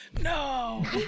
No